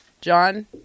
John